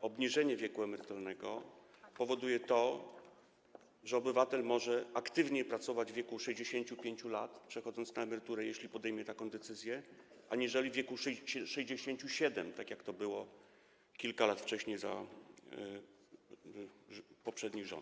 obniżenie wieku emerytalnego, powoduje, że obywatel może aktywnie pracować w wieku 65 lat, przechodząc na emeryturę, jeśli podejmie taką decyzję, a nie w wieku 67 lat, jak to było kilka lat wcześniej, za poprzednich rządów.